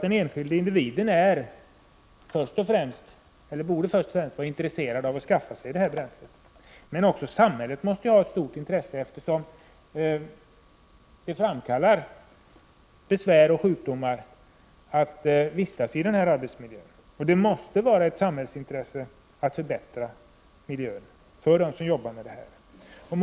Den enskilda individen borde naturligtvis själv först och främst vara intresserad av att skaffa sig det nya bränslet, men också samhället måste ha ett stort intresse av detta, eftersom arbetsmiljön framkallar besvär och sjukdomar. Det måste alltså vara ett samhällsintresse att förbättra den arbetsmiljö som de har som arbetar i dessa ångor.